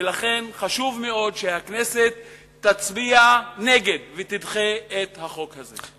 ולכן חשוב מאוד שהכנסת תצביע נגד ותדחה את הצעת החוק הזאת.